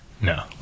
No